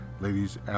Ladies